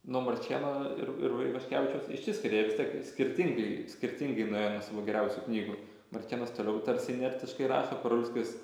nuo marčėno ir ir ivaškevičiaus išsiskiria jie vis tiek skirtingai skirtingai nuėjo nuo savo geriausių knygų marčėnas toliau tarsi inertiškai rašo parulskis